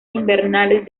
invernales